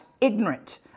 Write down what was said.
ignorant